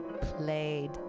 played